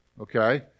okay